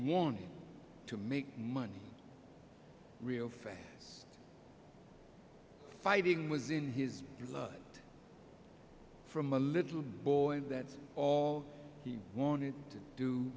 wanted to make money real fast fighting was in his blood from a little boy that all he wanted to do